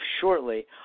shortly